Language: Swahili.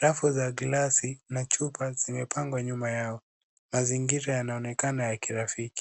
Rafu ya glasi na chupa zimepangwa nyuma yao. Mazingira yanaonekana ya kirafiki.